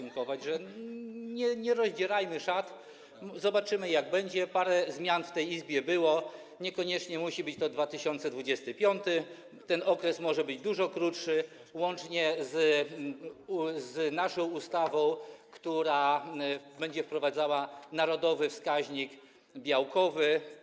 Nie rozdzierajmy szat, zobaczymy, jak będzie, parę zmian w tej Izbie było, niekoniecznie musi być to 2025 r., ten okres może być dużo krótszy, łącznie z naszą ustawą, która będzie wprowadzała narodowy wskaźnik białkowy.